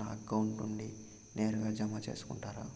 నా అకౌంట్ నుండి నేరుగా జామ సేసుకుంటారా?